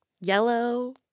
Yellow